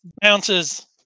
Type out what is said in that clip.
bounces